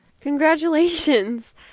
Congratulations